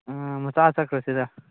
ꯎꯝ ꯃꯆꯥꯗ ꯆꯠꯈ꯭ꯔꯁꯤꯗ